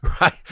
right